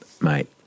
Mate